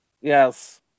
Yes